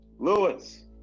Lewis